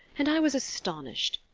and i was astonished.